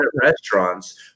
restaurants